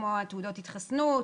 כמו תעודות ההתחסנות,